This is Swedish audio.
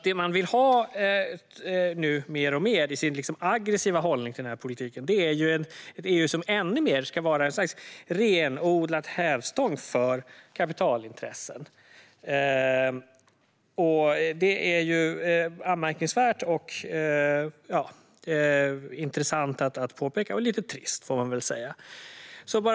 Det man vill ha mer och mer, genom sin aggressiva hållning till denna politik, är ett EU som ännu mer ska vara en renodlad hävstång för kapitalintressen. Det är anmärkningsvärt, intressant att påpeka och lite trist.